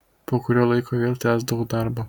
po kurio laiko vėl tęsdavau darbą